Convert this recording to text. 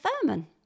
Furman